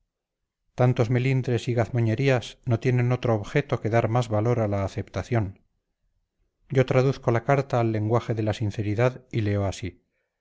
tantos melindres y gazmoñerías no tienen otro objeto que dar más valor a la aceptación yo traduzco la carta al lenguaje de la sinceridad y leo así